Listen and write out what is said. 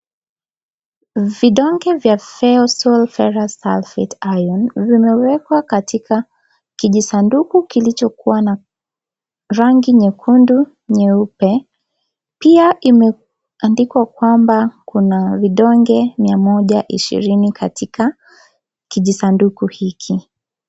Vidonge vya Feosol Ferrous sulphate iron vimewekwa katika kijisanduku kilichokuwa na rangi nyekundu nyeupe , pia imeandikwa kwamba kuna vidonge mia moja ishirini katika kijisanduku hiki.